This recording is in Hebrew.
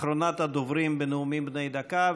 אחרונת הדוברים בנאומים בני דקה,